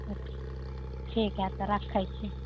तऽ ठीक हइ तऽ रखै छी